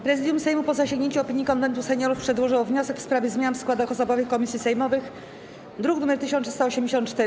Prezydium Sejmu, po zasięgnięciu opinii Konwentu Seniorów, przedłożyło wniosek w sprawie zmian w składach osobowych komisji sejmowych, druk nr 1384.